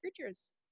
creatures